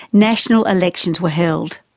national elections were held.